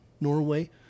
Norway